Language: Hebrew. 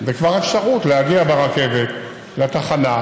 זה כבר אפשרות להגיע ברכבת לתחנה,